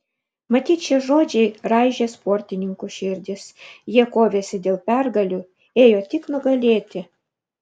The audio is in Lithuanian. matyt šie žodžiai raižė sportininkų širdis jie kovėsi dėl pergalių ėjo tik nugalėti